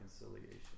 reconciliation